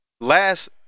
Last